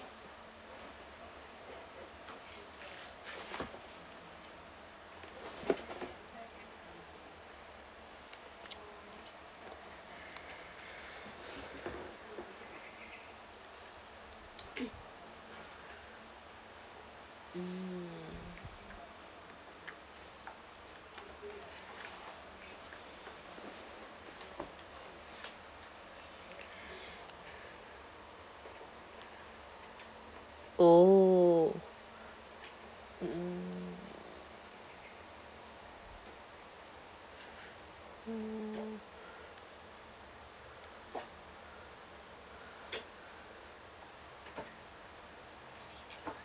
mm oh mm mm